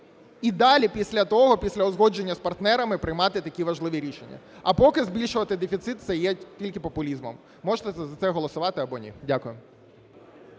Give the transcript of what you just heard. І далі, після того, після узгодження з партнерами, приймати такі важливі рішення. А поки збільшувати дефіцит - це є тільки популізмом. Можете за це голосувати або ні. Дякую.